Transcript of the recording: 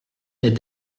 est